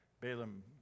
Balaam